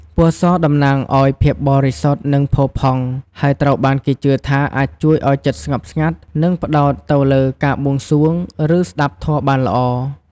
ពណ៌សតំណាងឱ្យភាពបរិសុទ្ធ និងផូរផង់ ហើយត្រូវបានគេជឿថាអាចជួយឱ្យចិត្តស្ងប់ស្ងាត់ និងផ្ដោតទៅលើការបួងសួង ឬស្ដាប់ធម៌បានល្អ។